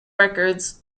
records